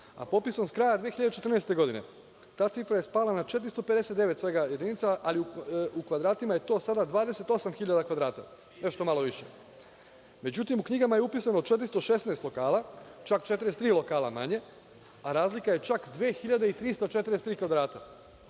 a popisom s kraja 2014. godine ta cifra je spala na 459 svega jedinica, ali u kvadratima je to sada 28.000 kvadrata, nešto malo više.Međutim, u knjigama je upisano 416 lokala, čak 43 lokala manje, a razlika je 2.343 kvadrata,